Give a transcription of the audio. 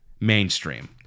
mainstream